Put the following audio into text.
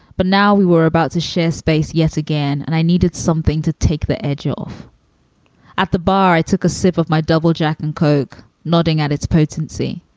but now we were about to share space yet again, and i needed something to take the edge off at the bar. i took a sip of my double jack and coke nodding at its potency.